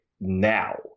now